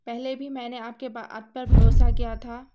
پہلے بھی میں نے آپ کے با آپ پر بھروسہ کیا تھا